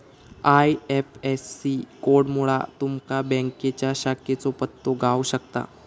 IFSC कोडमुळा तुमका बँकेच्या शाखेचो पत्तो गाव शकता